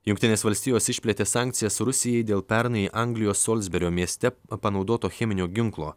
jungtinės valstijos išplėtė sankcijas rusijai dėl pernai anglijos solsberio mieste panaudoto cheminio ginklo